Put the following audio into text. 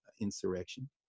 insurrection